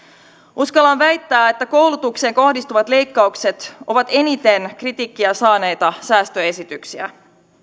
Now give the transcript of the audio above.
uskallan väittää että koulutukseen kohdistuvat leikkaukset ovat eniten kritiikkiä saaneita säästöesityksiä